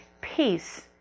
peace